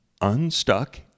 unstuck